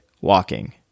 walking